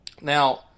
Now